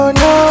no